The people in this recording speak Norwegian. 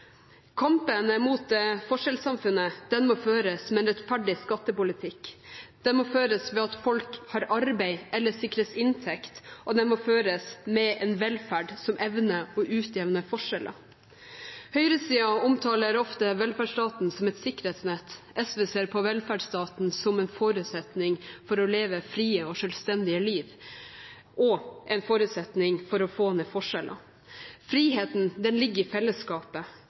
Kampen mot forskjellssamfunnet må føres med en rettferdig skattepolitikk. Den må føres ved at folk har arbeid eller sikres inntekt, og den må føres med en velferd som evner å utjevne forskjeller. Høyresiden omtaler ofte velferdsstaten som et sikkerhetsnett. SV ser på velferdsstaten som en forutsetning for å leve frie og selvstendige liv og for å få ned forskjellene. Friheten ligger i fellesskapet